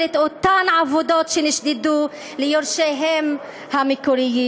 את אותן עבודות שנשדדו ליורשים המקוריים.